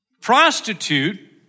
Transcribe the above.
Prostitute